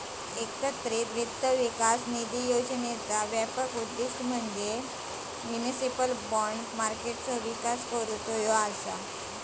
एकत्रित वित्त विकास निधी योजनेचा व्यापक उद्दिष्ट म्हणजे म्युनिसिपल बाँड मार्केटचो विकास करुचो